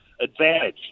advantage